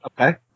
Okay